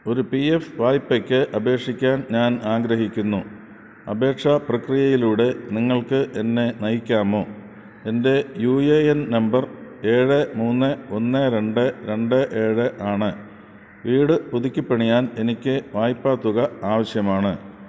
ഒരു P F വായ്പയ്ക്ക് അപേക്ഷിക്കാൻ ഞാൻ ആഗ്രഹിക്കുന്നു അപേക്ഷാ പ്രക്രിയയിലൂടെ നിങ്ങൾക്ക് എന്നെ നയിക്കാമോ എൻ്റെ യു എ എൻ നമ്പർ ഏഴ് മൂന്ന് ഒന്ന് രണ്ട് രണ്ട് ഏഴ് ആണ് വീട് പുതുക്കിപ്പണിയാൻ എനിക്ക് വായ്പ തുക ആവശ്യമാണ്